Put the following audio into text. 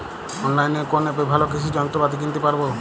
অনলাইনের কোন অ্যাপে ভালো কৃষির যন্ত্রপাতি কিনতে পারবো?